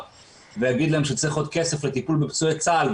ויגיד להם שצריך עוד כסף לטיפול בפצועי צה"ל,